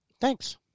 Thanks